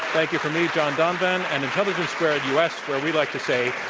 thank you from me, john donvan, and intelligence squared u. s. where we like to say,